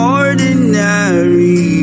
ordinary